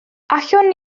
allwn